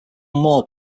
moore